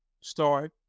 start